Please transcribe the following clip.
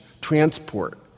transport